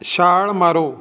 ਛਾਲ ਮਾਰੋ